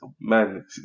man